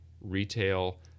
retail